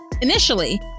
Initially